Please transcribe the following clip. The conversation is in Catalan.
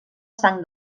sang